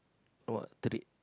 what trait